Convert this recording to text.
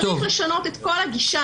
צריך לשנות את כל הגישה.